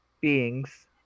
beings